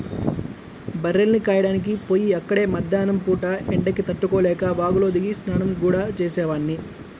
బర్రెల్ని కాయడానికి పొయ్యి అక్కడే మద్దేన్నం పూట ఎండకి తట్టుకోలేక వాగులో దిగి స్నానం గూడా చేసేవాడ్ని